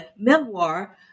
memoir